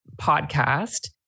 podcast